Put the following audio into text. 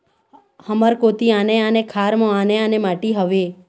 हमर कोती आने आने खार म आने आने माटी हावे?